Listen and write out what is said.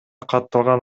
катталган